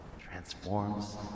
Transforms